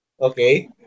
Okay